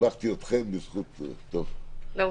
שיבחתי אתכן בזכות --- לא משנה.